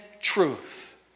truth